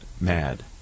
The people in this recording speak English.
mad